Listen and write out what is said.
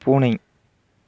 பூனை